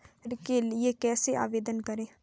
ऋण के लिए कैसे आवेदन करें?